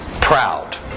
proud